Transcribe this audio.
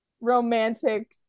romantic